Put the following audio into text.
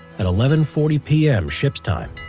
at eleven forty p m. ship's time,